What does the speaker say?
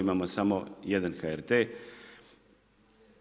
Imamo samo jedan HRT-e.